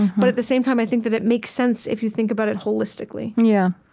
but at the same time i think that it makes sense if you think about it holistically yeah,